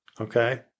Okay